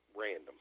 Random